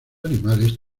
animales